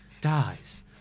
dies